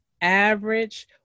average